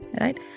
Right